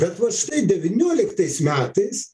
bet vat štai devynioliktais metais